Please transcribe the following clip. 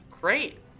Great